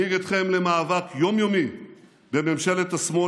אנהיג אתכם למאבק יום-יומי בממשלת השמאל